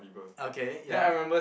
okay ya